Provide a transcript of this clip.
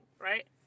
right